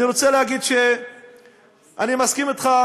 אני רוצה להגיד שאני מסכים אתך,